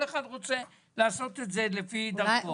וכל אחד רוצה לעשות לפי דרכו.